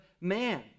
man